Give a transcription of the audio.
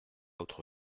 autre